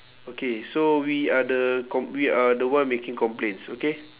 okay so we are the com~ we are the one making complaints okay